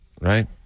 right